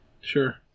Sure